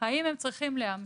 האם הם צריכים להמתין?